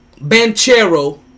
Banchero